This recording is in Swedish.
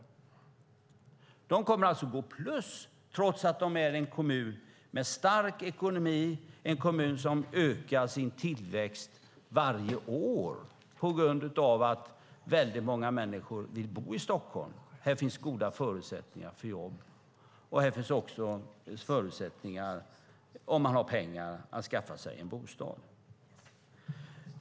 Kommunen kommer alltså att gå plus trots att det är en kommun med stark ekonomi, en kommun där tillväxten ökar varje år på grund av att väldigt många människor vill bo i Stockholm. Här finns goda förutsättningar för jobb, och här finns också förutsättningar, om man har pengar, att skaffa sig en bostad.